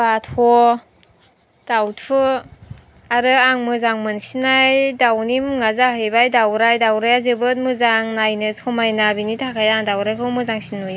बाथ' दावथु आरो आं मोजां मोनसिननाय दावनि मुङा जाहैबाय दावराय दावराइया जोबोद मोजां नायनो समायना बिनि थाखाय आं दावरायखौ मोजांसिन नुयो